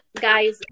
Guys